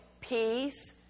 peace